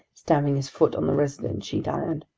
stamping his foot on the resonant sheet iron.